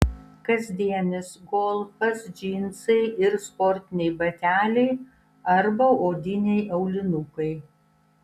kasdienis golfas džinsai ir sportiniai bateliai arba odiniai aulinukai